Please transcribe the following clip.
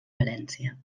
valència